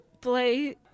play